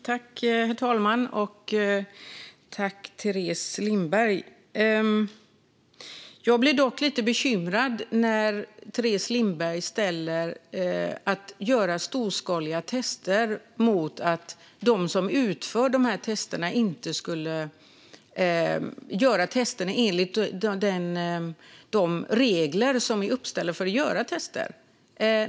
Herr talman! Jag tackar Teres Lindberg för detta. Jag blir dock lite bekymrad när Teres Lindberg ställer storskaliga tester mot att de som utför testerna inte skulle göra dem enligt de regler som är uppställda.